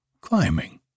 climbing